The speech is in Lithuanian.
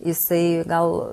jisai gal